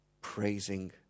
Praising